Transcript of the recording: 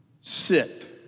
sit